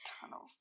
Tunnels